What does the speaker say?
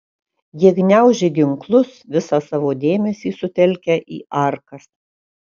jie gniaužė ginklus visą savo dėmesį sutelkę į arkas